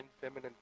feminine